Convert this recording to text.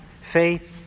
faith